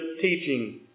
teaching